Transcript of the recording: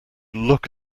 look